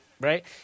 Right